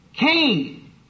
Cain